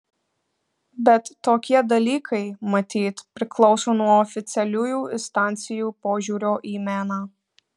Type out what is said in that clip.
bet tokie dalykai matyt priklauso nuo oficialiųjų instancijų požiūrio į meną